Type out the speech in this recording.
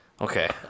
Okay